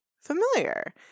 familiar